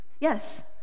Yes